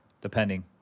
depending